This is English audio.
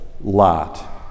lot